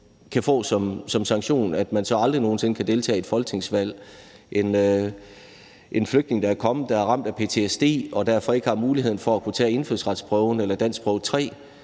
kan få som sanktion, at vedkommende aldrig nogen sinde kan deltage i et folketingsvalg. En flygtning, der er kommet, som er ramt af ptsd, og som derfor ikke har muligheden for at kunne tage indfødsretsprøven eller danskprøve 3,